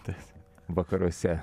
tas vakaruose